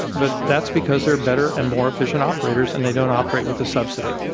but that's because they're better and more efficient operators and they don't operate with a subsidy.